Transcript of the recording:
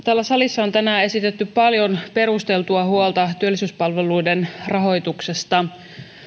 täällä salissa on tänään esitetty paljon perusteltua huolta työllisyyspalveluiden rahoituksesta